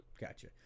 Gotcha